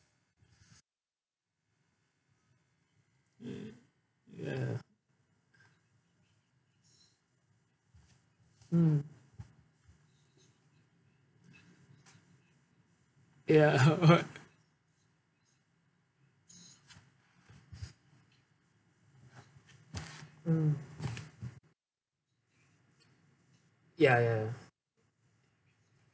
mm ya mm ya mm ya ya